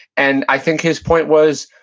and i think his point was,